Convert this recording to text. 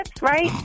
right